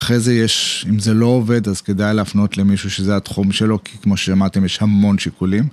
אחרי זה יש, אם זה לא עובד אז כדאי להפנות למישהו שזה התחום שלו כי כמו ששמעתם יש המון שיקולים.